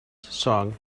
song